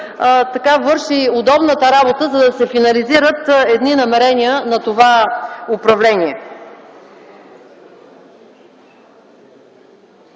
дебат, върши удобната работа, за да се финализират едни намерения на това управление.